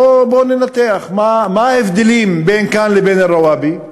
בואו ננתח מה ההבדלים בין כאן לבין רוואבי: